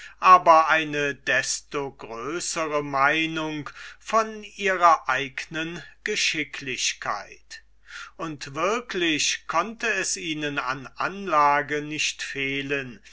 aber eine desto größere meinung von ihrer eignen geschicklichkeit und wirklich konnt es ihnen an anlage nicht fehlen